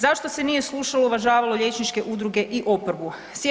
Zašto se nije slušalo i uvažavalo liječničke udruge i oporbu?